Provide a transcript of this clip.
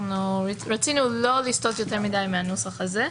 ורצינו לא לסטות יותר מדי מהנוסח הזה.